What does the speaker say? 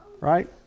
right